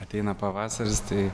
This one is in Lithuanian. ateina pavasaris tai